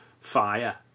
fire